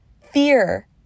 Fear